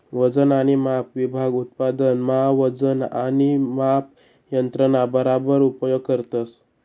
वजन आणि माप विभाग उत्पादन मा वजन आणि माप यंत्रणा बराबर उपयोग करतस